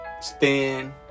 stand